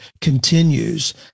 continues